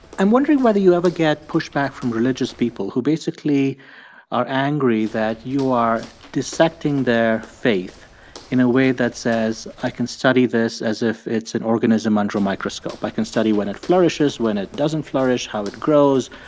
i'm wondering whether you ever get pushback from religious people who basically are angry that you are dissecting their faith in a way that says, i can study this as if it's an organism under a microscope. i can study when it flourishes, when it doesn't flourish, how it grows,